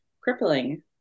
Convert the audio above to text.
crippling